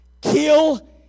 Kill